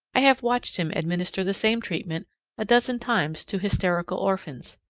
i have watched him administer the same treatment a dozen times to hysterical orphans.